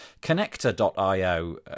Connector.io